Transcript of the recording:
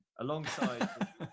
Alongside